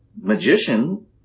magician